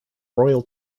royal